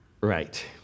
Right